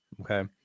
Okay